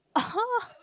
!huh!